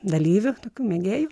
dalyvių mėgėjų